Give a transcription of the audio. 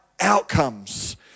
outcomes